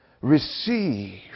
receive